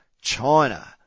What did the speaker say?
China